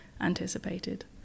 anticipated